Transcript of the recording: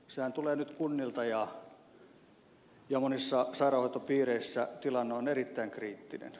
sehän tulee nyt kunnilta ja monissa sairaanhoitopiireissä tilanne on erittäin kriittinen